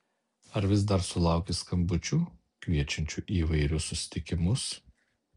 ar vis dar sulauki skambučių kviečiančių į įvairius susitikimus